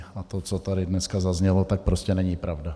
A to, co tady dneska zaznělo, tak prostě není pravda.